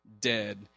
dead